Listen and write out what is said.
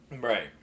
Right